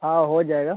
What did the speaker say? हाँ हो जाएगा